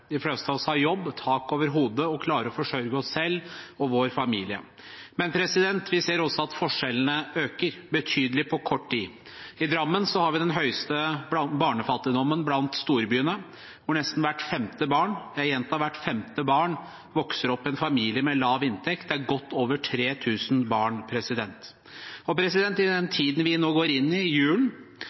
De fleste av oss har jobb, tak over hodet og klarer å forsørge seg selv og sin familie. Men vi ser at forskjellene øker betydelig på kort tid. I Drammen har vi den høyeste barnefattigdommen blant storbyene. Nesten hvert femte barn – jeg gjentar: hvert femte barn – vokser opp i en familie med lav inntekt. Det er godt over 3 000 barn. I den tiden vi nå går inn i, som er en magisk tid – julen